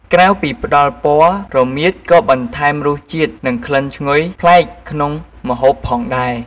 ក្រៅពីផ្តល់ពណ៌ រមៀតក៏បន្ថែមរសជាតិ និងក្លិនឈ្ងុយប្លែកក្នុងម្ហូបផងដែរ ។